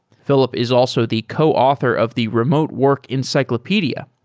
philip is also the coauthor of the remote work encyclopedia,